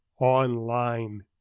online